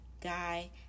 Guy